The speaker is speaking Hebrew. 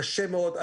קשה מאוד.